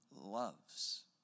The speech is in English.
loves